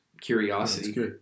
curiosity